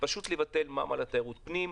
לבטל מע"מ על תיירות פנים.